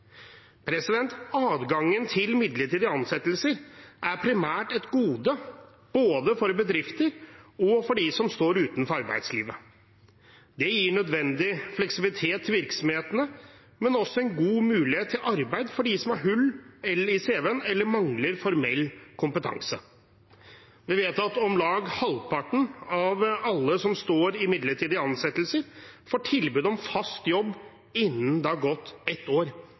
Adgangen til midlertidige ansettelser er primært et gode både for bedrifter og for dem som står utenfor arbeidslivet. Det gir nødvendig fleksibilitet til virksomhetene, men også en god mulighet til arbeid for dem som har hull i cv-en eller mangler formell kompetanse. Vi vet at om lag halvparten av alle som er i midlertidige ansettelser, får tilbud om fast jobb innen det har gått ett år.